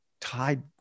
tied